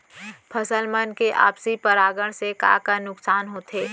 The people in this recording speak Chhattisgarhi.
फसल मन के आपसी परागण से का का नुकसान होथे?